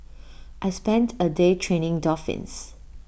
I spent A day training dolphins